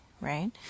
right